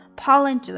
pollen